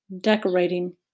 decorating